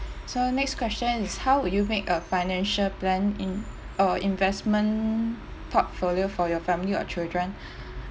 so next question is how would you make a financial plan in a investment portfolio for your family or children